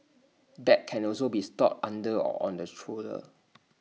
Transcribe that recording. bags can also be stored under or on the stroller